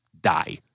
die